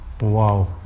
Wow